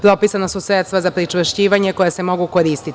Propisana su sredstva za pričvršćivanje koja se mogu koristiti.